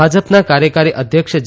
ભાજપના કાર્યકારી અધ્યક્ષ જે